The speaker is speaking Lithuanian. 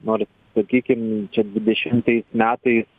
nors sakykim čia dvidešimais metais